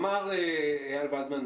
אמר איל ולדמן,